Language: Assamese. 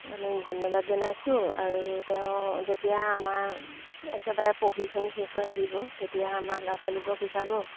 আমি ধন্যবাদ জনাইছোঁ আৰু তেওঁ যেতিয়া আমাৰ একেবাৰে পঢ়ি শুনি শেষ হৈ আহিব তেতিয়া আমাৰ ল'ৰা ছোৱালীবোৰক শিকাব